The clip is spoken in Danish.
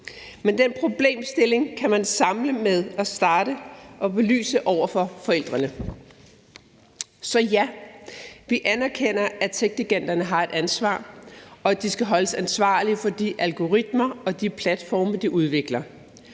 men den problemstilling kan man starte med at belyse over for forældrene. Så ja, vi anerkender, at techgiganterne har et ansvar, og at de skal holdes ansvarlige for de algoritmer og platforme, de udvikler,